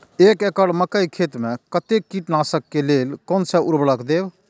एक एकड़ मकई खेत में कते कीटनाशक के लेल कोन से उर्वरक देव?